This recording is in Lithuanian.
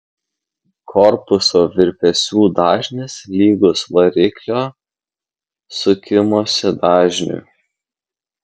korpuso virpesių dažnis lygus variklio sukimosi dažniui